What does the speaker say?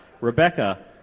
Rebecca